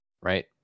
right